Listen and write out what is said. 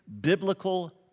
biblical